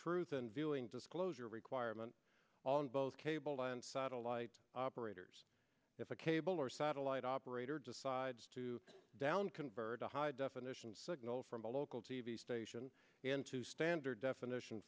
truth and viewing disclosure requirement on both cable and satellite operators if a cable or satellite operator decides to down convert a high definition signal from a local t v station into standard definition